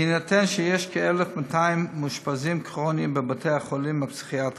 בהינתן שיש כ-1,200 מאושפזים כרוניים בבתי החולים הפסיכיאטריים,